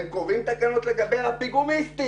הם קובעים תקנות לגבי הפיגומיסטים,